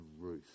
Ruth